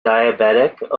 diabetic